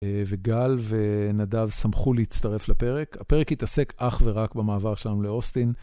וגל ונדב שמחו להצטרף לפרק. הפרק יתעסק אך ורק במעבר שלנו לאוסטין.